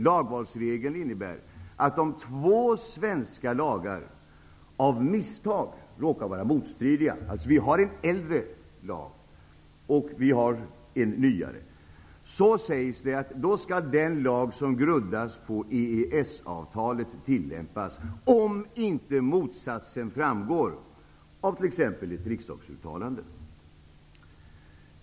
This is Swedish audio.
Lagvalsreglen innebär, att om två svenska lagar av misstag råkar vara motstridiga -- dvs. att det finns en äldre lag och en nyare -- skall den lag som grundas på EES-avtalet tillämpas om inte motsatsen framgår av t.ex. ett riksdagsuttalande.